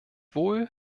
wohl